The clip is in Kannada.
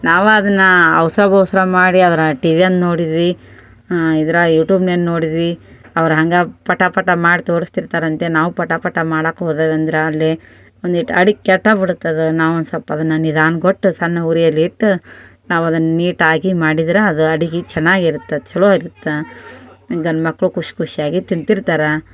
ನಾವು ಅದನ್ನು ಅವಸರ ಬವಸರ ಮಾಡಿ ಅದನ್ನು ಟಿ ವಿಯಾಂದು ನೋಡಿದ್ವಿ ಇದ್ರಲ್ಲಿ ಯೂಟ್ಯೂಬ್ನಲ್ಲಿ ನೋಡಿದ್ವಿ ಅವ್ರು ಹಾಗೇ ಪಟ ಪಟ ಮಾಡಿ ತೋರಸ್ತಿರ್ತಾರಂತೆ ನಾವು ಪಟ ಪಟ ಮಾಡೋಕ್ ಹೋದೇವಂದ್ರೆ ಅಲ್ಲಿ ಒಂದೀಟ್ ಅಡುಗೆ ಕೆಟ್ಟುಬಿಡುತ್ತದು ನಾವು ಒಂದು ಸ್ವಲ್ಪ ಅದನ್ನು ನಿಧಾನ ಕೊಟ್ಟು ಸಣ್ಣ ಉರಿಯಲ್ಲಿ ಇಟ್ಟು ನಾವು ಅದನ್ನು ನೀಟಾಗಿ ಮಾಡಿದ್ರೆ ಅದು ಅಡುಗೆ ಚೆನ್ನಾಗ್ ಇರ್ತದೆ ಛಲೋ ಇರುತ್ತೆ ಗಂಡು ಮಕ್ಕಳು ಖುಷಿ ಖುಷಿಯಾಗಿ ತಿಂತಿರ್ತಾರೆ